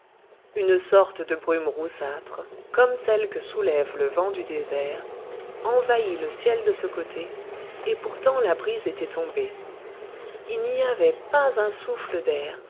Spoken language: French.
une sorte de brume roussâtre comme celle que soulève le vent du désert envahit le ciel de ce côté et pourtant la brise était tombée il n'y avait pas un souffle d'air